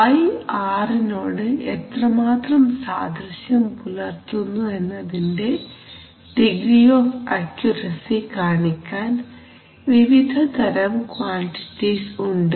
y r നോട് എത്രമാത്രം സാദൃശ്യം പുലർത്തുന്നു എന്നതിന്റെ ഡിഗ്രി ഓഫ് അക്യുറസി കാണിക്കാൻ വിവിധതരം ക്വാൺടിറ്റീസ് ഉണ്ട്